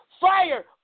fire